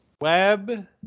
web